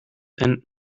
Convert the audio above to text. and